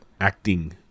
acting